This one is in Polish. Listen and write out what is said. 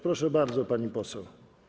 Proszę bardzo, pani poseł.